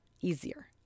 easier